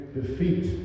defeat